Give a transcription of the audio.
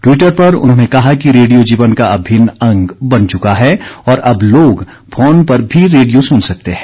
Twitter पर उन्होंने कहा कि रेडियो जीवन का अभिन्न अंग बन चुका है और अब लोग फोन पर भी रेडियो सुन सकते हैं